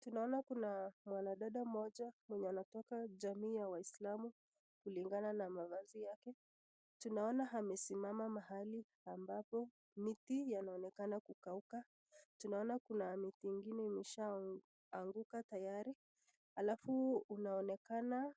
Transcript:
Tunaona mwanadada mmoja anayetoka jamii ya waisilamu kulingana na mavazi yake. Tunaona amesimama ambapo miti yanaonekana kukauka, tunaona miti ingine imeshaanguka tayari alafu kunaonekana